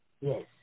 Yes